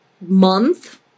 month